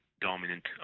Dominant